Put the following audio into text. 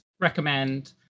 recommend